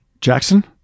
Jackson